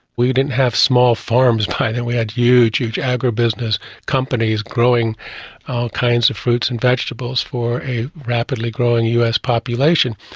we didn't have small farms by then, we had huge, huge agribusiness companies growing all kinds of fruits and vegetables for a rapidly growing us population,